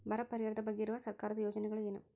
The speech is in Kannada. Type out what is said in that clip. ಬರ ಪರಿಹಾರದ ಬಗ್ಗೆ ಇರುವ ಸರ್ಕಾರದ ಯೋಜನೆಗಳು ಏನು?